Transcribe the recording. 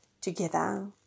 together